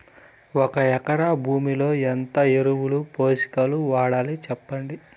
ఒక ఎకరా భూమిలో ఎంత ఎరువులు, పోషకాలు వాడాలి సెప్పండి?